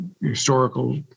historical